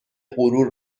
غرور